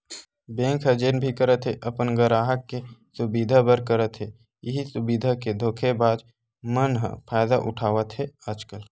bank ह जेन भी करत हे अपन गराहक के सुबिधा बर करत हे, इहीं सुबिधा के धोखेबाज मन ह फायदा उठावत हे आजकल